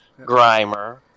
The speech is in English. Grimer